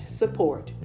support